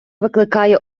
викликає